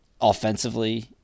offensively